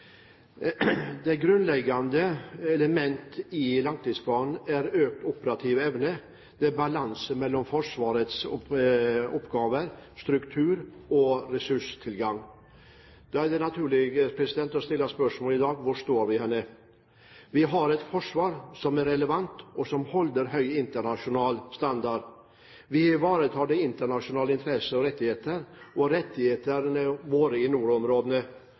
Det grunnleggende element i langtidsplanen er økt operativ evne. Det er balanse mellom Forsvarets oppgaver, struktur og ressurstilgang. Da er det naturlig å stille spørsmålet: Hvor står vi i dag? Vi har et forsvar som er relevant, og som holder høy internasjonal standard. Vi ivaretar våre nasjonale interesser og rettigheter, og våre rettigheter i nordområdene,